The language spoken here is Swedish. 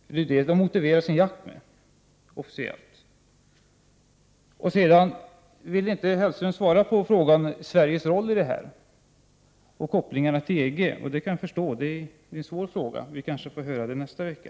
Men det är detta norrmännen officiellt motiverar sin jakt med. Mats Hellström vill inte svara på frågan om Sveriges roll här och kopplingen till EG. Det kan jag förstå, för det är en svår fråga. Kanske vi kan höra svaret nästa vecka.